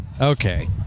Okay